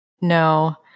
No